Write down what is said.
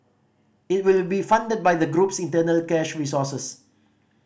it will be funded by the group's internal cash resources